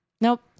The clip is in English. Nope